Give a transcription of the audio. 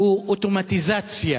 הוא אוטומטיזציה